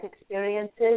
experiences